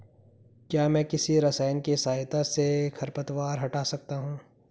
क्या मैं किसी रसायन के सहायता से खरपतवार हटा सकता हूँ?